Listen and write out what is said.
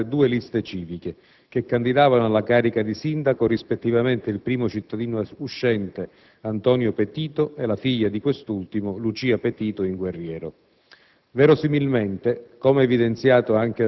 nel Comune di Sant'Angelo dei Lombardi furono presentate due liste civiche che candidavano alla carica di Sindaco rispettivamente il primo cittadino uscente, Antonio Petito, e la figlia di quest'ultimo, Lucia Petito in Guerriero.